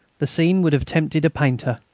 the scene would have tempted a painter,